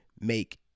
make